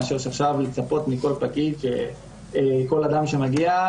מאשר עכשיו לצפות מכל פקיד שכל אדם שמגיע,